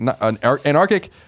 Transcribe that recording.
anarchic